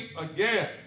again